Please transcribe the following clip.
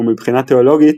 ומבחינה תאולוגית,